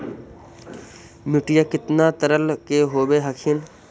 मिट्टीया कितना तरह के होब हखिन?